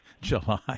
July